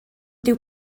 dyw